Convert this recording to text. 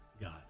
God